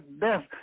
death